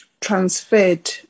transferred